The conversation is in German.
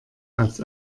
als